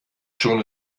schon